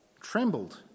trembled